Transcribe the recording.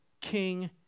King